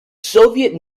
soviet